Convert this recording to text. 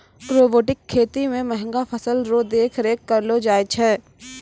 robotic खेती मे महंगा फसल रो देख रेख करलो जाय छै